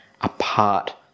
apart